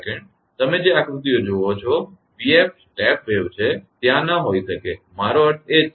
તમે જે આકૃતિઓ જુઓ છો 𝑣𝑓 સ્ટેપ તરંગ તે ત્યાં ન હોઈ શકે મારો અર્થ એ જ છે